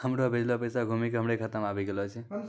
हमरो भेजलो पैसा घुमि के हमरे खाता मे आबि गेलो छै